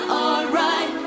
alright